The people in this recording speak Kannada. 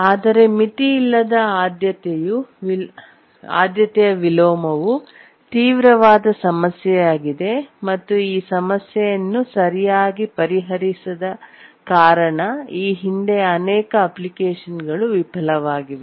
ಆದರೆ ಮಿತಿಯಿಲ್ಲದ ಆದ್ಯತೆಯ ವಿಲೋಮವು ತೀವ್ರವಾದ ಸಮಸ್ಯೆಯಾಗಿದೆ ಮತ್ತು ಈ ಸಮಸ್ಯೆಯನ್ನು ಸರಿಯಾಗಿ ಪರಿಹರಿಸದ ಕಾರಣ ಈ ಹಿಂದೆ ಅನೇಕ ಅಪ್ಲಿಕೇಶನ್ಗಳು ವಿಫಲವಾಗಿವೆ